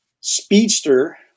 Speedster